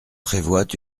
prévoient